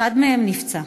אחד מהם נפצע.